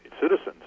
citizens